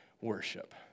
worship